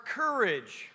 courage